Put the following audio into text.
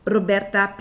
Roberta